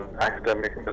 academic